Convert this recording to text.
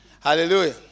Hallelujah